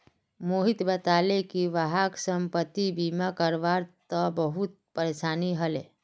मोहित बताले कि वहाक संपति बीमा करवा त बहुत परेशानी ह ले